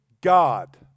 God